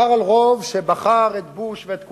קרל רוב שבחר את בוש ואת כולם,